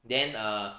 then err